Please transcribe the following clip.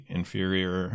inferior